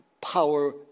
power